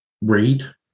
read